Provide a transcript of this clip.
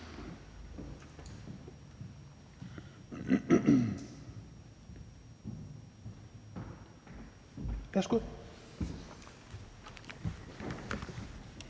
tak for at være